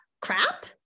crap